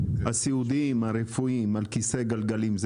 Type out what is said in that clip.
הסיעודיים הרפואיים על כיסא גלגלים זה